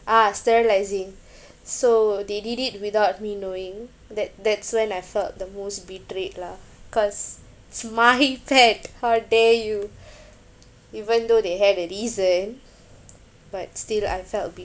ah sterilising so they did it without me knowing that that's when I felt the most betrayed lah cause it's my pet how dare you even though they have their reason but still I felt